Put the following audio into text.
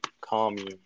commune